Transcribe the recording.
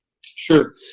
Sure